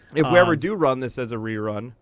if we ever do run this as a rerun.